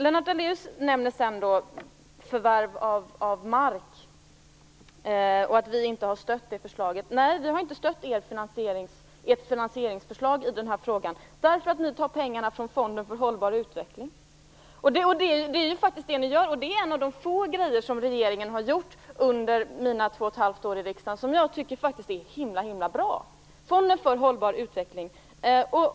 Lennart Daléus nämner förvärv av mark och att vi inte har stött Centerns förslag. Vi har inte stött ert finansieringsförslag i denna fråga därför att ni tar pengarna från fonden för hållbar utveckling. Det är faktiskt det ni gör. Fonden för hållbar utveckling är en av de få grejer regeringen har gjort under mina två och ett halvt år i riksdagen som jag tycker är bra.